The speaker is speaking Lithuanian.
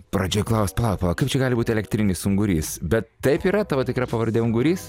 pradžioj klaust pala pala kaip čia gali būti elektrinis ungurys bet taip yra tavo tikra pavardė ungurys